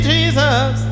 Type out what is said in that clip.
Jesus